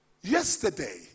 Yesterday